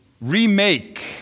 remake